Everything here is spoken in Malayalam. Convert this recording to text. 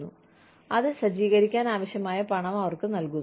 കൂടാതെ അത് സജ്ജീകരിക്കാൻ ആവശ്യമായ പണം അവർക്ക് നൽകുന്നു